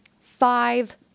Five